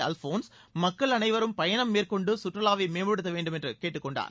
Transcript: அல்போன்ஸ் மக்கள் அனைவரும் பயணம் மேற்கொண்டு சுற்றுலாவை மேம்படுத்த வேண்டும் என்று கேட்டுக் கொண்டார்